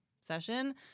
session